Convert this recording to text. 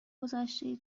گذشته